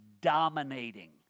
dominating